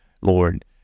Lord